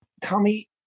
Tommy